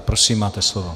Prosím, máte slovo.